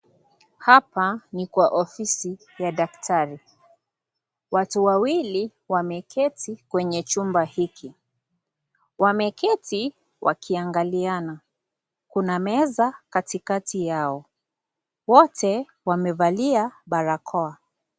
Hapa ni kwa ofisi ya daktari. Watu wawili wameketi kwenye chumba hiki. Wameketi ,wakiangaliana. Kuna meza katikati yao. Wote wamevalia barakoa.